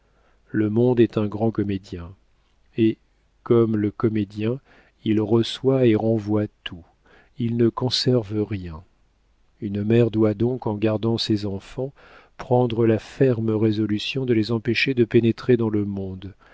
le monde est un grand comédien et comme le comédien il reçoit et renvoie tout il ne conserve rien une mère doit donc en gardant ses enfants prendre la ferme résolution de les empêcher de pénétrer dans le monde